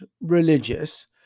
religious